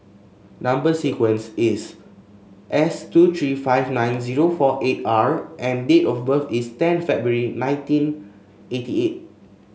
number sequence is S two three five nine zero four eight R and date of birth is ten February nineteen eighty eight